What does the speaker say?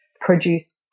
produce